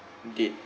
dead